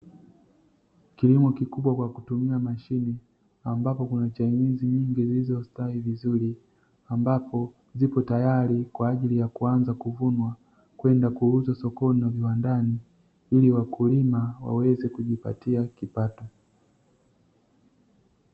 Kilimo likubwa kwa kutumia mashine, ambapo kuna chainizi nyingi zilizostawi vizuri, ambapo zipo tayari kwa ajili ya kuanza kuvunwa kwenda kuuzwa sokoni na viwandani, ili wakulima waweze kujipatia kipato